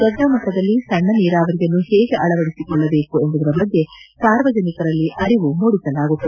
ದೊಡ್ಡ ಮಟ್ಟದಲ್ಲಿ ಸಣ್ಣ ನೀರಾವರಿಯನ್ನು ಹೇಗೆ ಅಳವಡಿಸಿಕೊಳ್ಳಬೇಕು ಎಂಬುದರ ಬಗ್ಗೆ ಸಾರ್ಜವನಿಕರಲ್ಲಿ ಅರಿವುಮೂಡಿಸಲಾಗುತ್ತದೆ